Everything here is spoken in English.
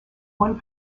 one